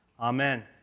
Amen